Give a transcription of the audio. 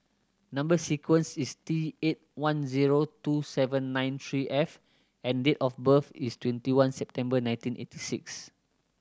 number sequence is T eight one zero two seven nine three F and date of birth is twenty one September nineteen eighty six